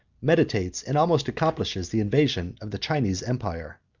meditates, and almost accomplishes, the invasion of the chinese empire.